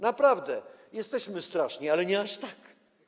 Naprawdę, jesteśmy straszni, ale nie aż tak.